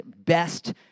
best